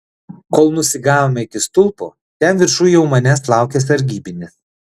kol nusigavome iki stulpo ten viršuj jau manęs laukė sargybinis